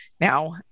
now